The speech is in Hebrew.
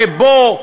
שבו,